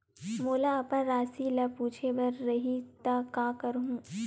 मोला अपन राशि ल पूछे बर रही त का करहूं?